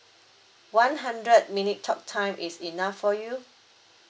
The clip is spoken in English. one hundred minute talk time is enough for you